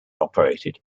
operated